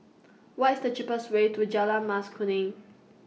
What IS The cheapest Way to Jalan Mas Kuning